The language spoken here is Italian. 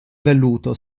velluto